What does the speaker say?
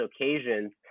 occasions